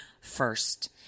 first